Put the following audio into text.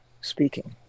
speaking